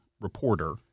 reporter